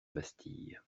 bastille